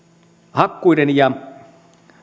hakkuiden ja